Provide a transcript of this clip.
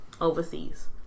Overseas